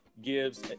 gives